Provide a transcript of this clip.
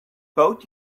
boat